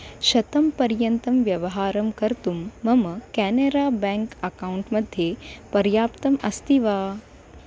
शतं पर्यन्तं व्यवहारं कर्तुं मम केनेरा बेङ्क् अकौण्ट्मध्ये पर्याप्तम् अस्ति वा